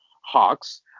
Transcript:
Hawks